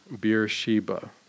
Beersheba